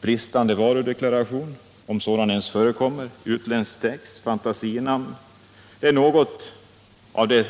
Bristande varudeklaration — om sådan ens förekommer — utländsk text, fantasinamn är något av det